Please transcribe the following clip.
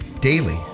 daily